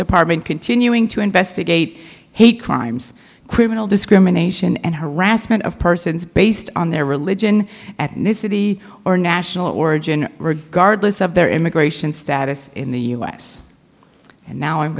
department continuing to investigate hate crimes criminal discrimination and harassment of persons based on their religion ethnicity or national origin regardless of their immigration status in the us and now i'm